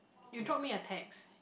you drop me a text